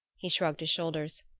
he shrugged his shoulders.